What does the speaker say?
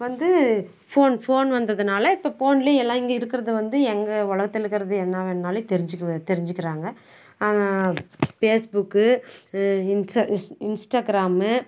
வந்து phone phone வந்ததுனால் இப்போ ஃபோன்லேயும் எல்லாம் இங்கே இருக்கிறத வந்து எங்கள் உலகத்துல இருக்கிறது என்ன வேணும்னாலும் தெரிஞ்சுக்குவேன் தெரிஞ்சுக்கிறாங்க ஆனால் ஃபேஸ்புக்கு இன்ச இன்ஸ் இன்ஸ்டக்ராமு